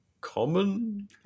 common